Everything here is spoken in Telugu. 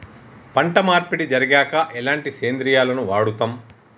పంట మార్పిడి జరిగాక ఎలాంటి సేంద్రియాలను వాడుతం?